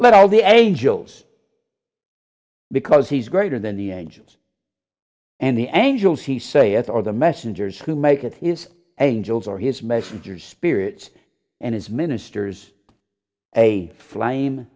let all the angels because he's greater than the engines and the angles he say it or the messengers who make it is angels or his messengers spirits and his ministers a flame